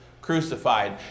crucified